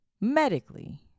medically